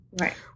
Right